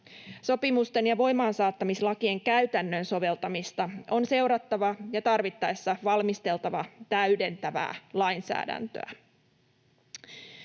Sopimusten ja voimaansaattamislakien käytännön soveltamista on seurattava ja tarvittaessa valmisteltava täydentävää lainsäädäntöä.